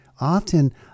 often